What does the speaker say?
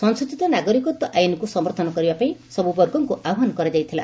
ସଂଶୋଧିତ ନାଗରିକତ୍ୱ ଆଇନକୁ ସମର୍ଥନ କରିବା ପାଇଁ ସବୁ ବର୍ଗକୁ ଆହ୍ୱାନ କରାଯାଇଥିଲା